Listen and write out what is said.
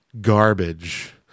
garbage